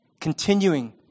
continuing